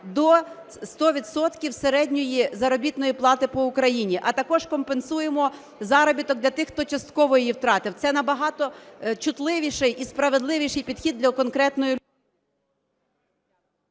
відсотків середньої заробітної плати по Україні. А також компенсуємо заробіток для тих, хто частково її втратив. Це набагато чутливійший і справделивійший підхід для конкретної...